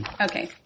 Okay